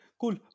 cool